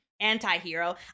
anti-hero